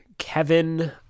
Kevin